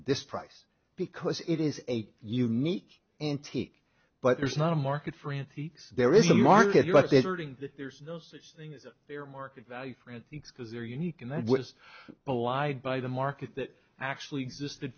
this price because it is a unique antique but there's not a market for antiques there is a market out there there's no such thing as their market value or an excuse they're unique and that was belied by the market that actually existed